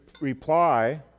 reply